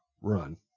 run